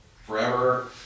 forever